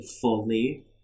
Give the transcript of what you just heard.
fully